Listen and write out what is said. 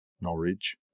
Norwich